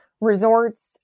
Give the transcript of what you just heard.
resorts